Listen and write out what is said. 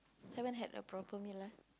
haven't had a proper meal lah